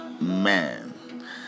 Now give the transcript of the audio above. man